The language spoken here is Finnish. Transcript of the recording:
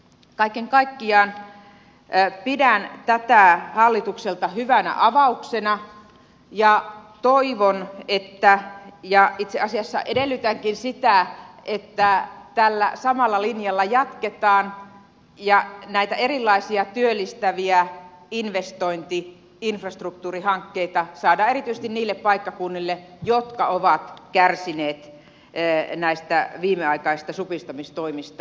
kaiken kaikkiaan pidän tätä hallitukselta hyvänä avauksena ja toivon ja itse asiassa edellytänkin sitä että tällä samalla linjalla jatketaan ja näitä erilaisia työllistäviä investointi infrastruktuurihankkeita saadaan erityisesti niille paikkakunnille jotka ovat kärsineet näistä viimeaikaisista supistamistoimista erityisen paljon